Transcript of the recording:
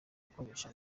gukoresha